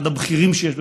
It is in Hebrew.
אחד הבכירים שיש בממשלה,